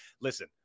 listen